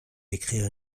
écrire